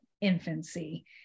infancy